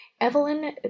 Evelyn